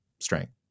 strength